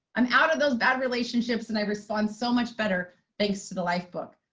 i'm out of those bad relationships and i respond so much better thanks to the lifebook.